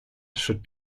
should